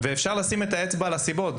אפשר לשים את האצבע על הסיבות,